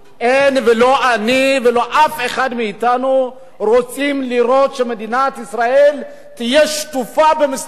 לא אני ולא אף אחד מאתנו רוצים לראות שמדינת ישראל תהיה שטופה במסתננים.